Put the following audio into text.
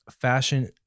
fashion